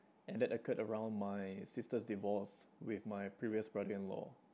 and that occurred around my sister's divorce with my previous brother-in-law